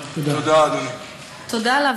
תודה, אדוני.